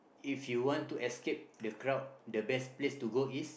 if you want to escape the crowd the best place to go is